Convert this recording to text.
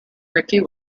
ricky